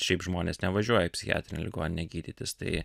šiaip žmonės nevažiuoja į psichiatrinę ligoninę gydytis tai